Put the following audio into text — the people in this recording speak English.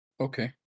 okay